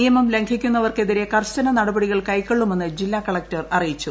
നിയമം ലംഘിക്കുന്നവർക്കെതിരേ കർശന നടപടികൾ കൈക്കൊള്ളുമെന്ന് ജില്ലാ കലക്ടർ അറിയിച്ചു